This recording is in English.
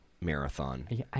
marathon